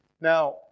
Now